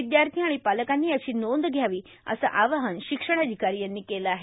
विद्यार्थी आणि पालकांनी याची नोंद घ्यावी असं आवाहन शिक्षणाधिकारी यांनी केलं आहे